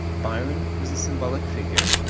byron was a symbolic figure,